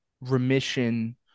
remission